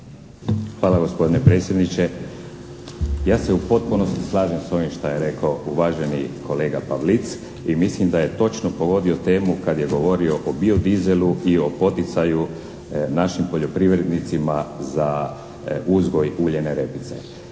Hvala gospodine predsjedniče. Ja se u potpunosti slažem s ovim što je rekao uvaženi kolega Pavlic i mislim da je točno pogodio temu kad je govorio o biodizelu i o poticaju našim poljoprivrednicima za uzgoj uljane repice.